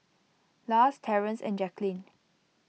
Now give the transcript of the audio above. Lars Terrance and Jacqueline